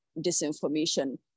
disinformation